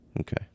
Okay